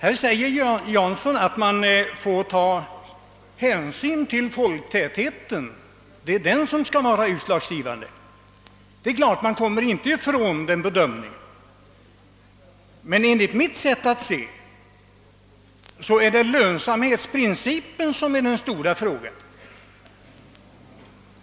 Herr Jansson säger att man bör ta hänsyn till befolkningstätheten i detta sammanhang; det är den som skall vara utslagsgivande enligt hans mening. Det är klart att man inte kommer helt ifrån en sådan bedömning, men enligt mitt sätt att se bör lönsamhetsprincipen vara lika avgörande.